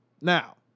Now